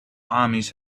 armies